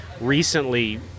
recently